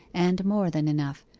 and more than enough,